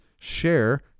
share